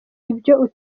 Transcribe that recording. ibyo